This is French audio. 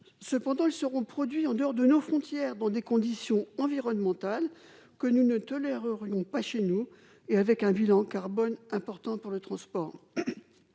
cependant ils seront produits en dehors de nos frontières, dans des conditions environnementales que nous ne tolérerons pas chez nous et avec un bilan carbone importante pour le transport,